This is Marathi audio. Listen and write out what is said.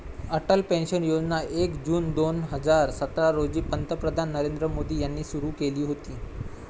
अटल पेन्शन योजना एक जून दोन हजार सतरा रोजी पंतप्रधान नरेंद्र मोदी यांनी सुरू केली होती